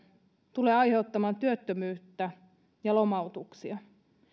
tulee aiheuttamaan työttömyyttä ja lomautuksia